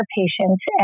patients